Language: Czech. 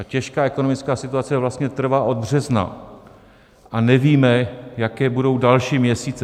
Ta těžká ekonomická situace vlastně trvá od března a nevíme, jaké budou další měsíce.